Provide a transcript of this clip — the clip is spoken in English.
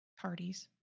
parties